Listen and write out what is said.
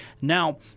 Now